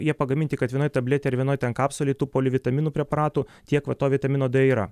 jie pagaminti kad vienoj tabletėj ar vienoj ten kapsulėj tų polivitaminų preparatų tiek va to vitamino d yra